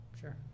sure